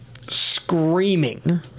screaming